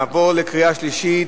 נעבור לקריאה שלישית?